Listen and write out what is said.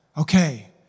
okay